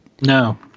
no